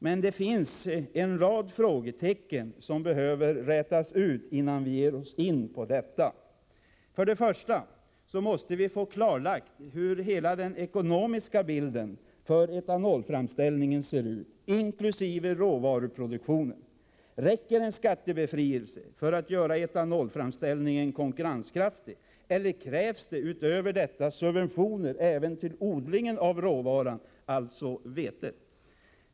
Men det finns en rad frågetecken som behöver rätas ut innan vi ger oss in på detta. För det första måste vi få klarlagt hur hela den ekonomiska bilden för etanolframställningen ser ut — inkl. råvaruproduktionen. Räcker en skattebefrielse för att göra etanolframställningen konkurrenskraftig, eller krävs det utöver detta subventioner även till odlingen av råvaran, alltså vetet?